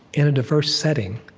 in a diverse setting,